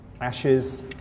Ashes